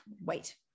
wait